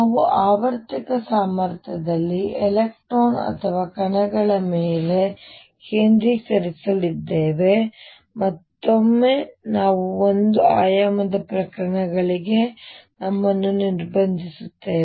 ನಾವು ಆವರ್ತಕ ಸಾಮರ್ಥ್ಯದಲ್ಲಿ ಎಲೆಕ್ಟ್ರಾನ್ ಅಥವಾ ಕಣಗಳ ಮೇಲೆ ಕೇಂದ್ರೀಕರಿಸಲಿದ್ದೇವೆ ಮತ್ತು ಮತ್ತೊಮ್ಮೆ ನಾವು ಒಂದು ಆಯಾಮದ ಪ್ರಕರಣಗಳಿಗೆ ನಮ್ಮನ್ನು ನಿರ್ಬಂಧಿಸುತ್ತೇವೆ